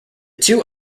two